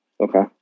Okay